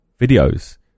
videos